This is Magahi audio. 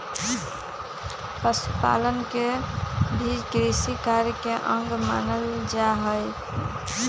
पशुपालन के भी कृषिकार्य के अंग मानल जा हई